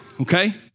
okay